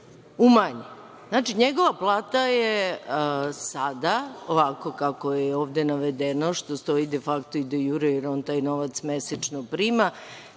umanje. NJegova plata je sada, ovako kako je ovde navedeno, što stoji de fakto i de jure, jer on taj novac mesečno prima,